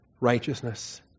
righteousness